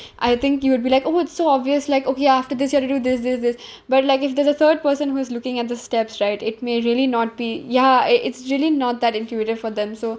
I think you would be like oh it's so obvious like okay after this you have to do this this this but like if there's a third person who's looking at the steps right it may really not be ya it it's really not that intuitive for them so